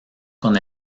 con